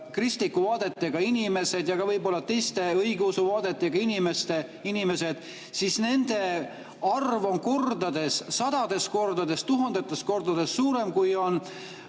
kristlike vaadetega inimesed ja ka võib-olla õigeusu vaadetega inimesed, siis nende arv on kordades, sadades kordades, tuhandetes kordades suurem kui